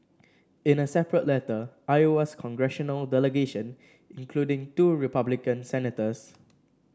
in a separate letter Iowa's congressional delegation including two Republican senators